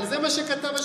אבל זה מה שכתב השופט.